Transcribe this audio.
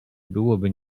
byłoby